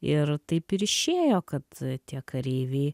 ir taip ir išėjo kad tie kareiviai